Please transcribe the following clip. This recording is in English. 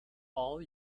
all